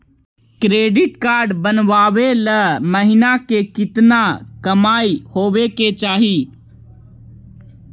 Credit card बनबाबे ल महीना के केतना कमाइ होबे के चाही?